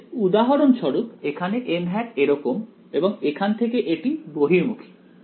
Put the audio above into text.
অতএব উদাহরণস্বরূপ এখানে এরকম এবং এখান থেকে এটি বহির্মুখী